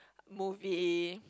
movie